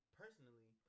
personally